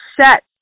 set